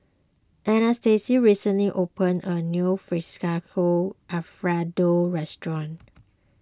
Anastacia recently opened a new Fettuccine Alfredo restaurant